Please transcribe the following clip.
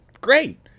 great